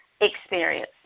experience